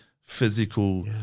physical